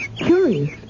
curious